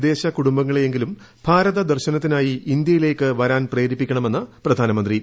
ഒരോ അഞ്ച് വിദേശ കുടുംബങ്ങളെയെങ്കിലും ഭാരത ദർശനത്തിനായി ഇന്ത്യയിലേയ്ക്ക് വരാൻ പ്രേരിപ്പിക്കണമെന്ന് പ്രധാനമന്ത്രി ്